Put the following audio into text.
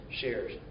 shares